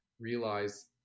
realize